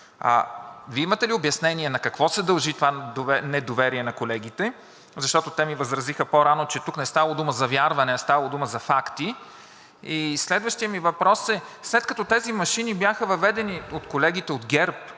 Вие имате ли обяснение на какво се дължи това недоверие на колегите? Защото те ми възразиха по-рано, че тук не ставало дума за вярване, а ставало дума за факти. Следващият ми въпрос е: след като тези машини бяха въведени от колегите от ГЕРБ